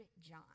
John